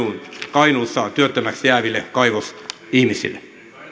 kainuussa työttömäksi jääville kaivosihmisille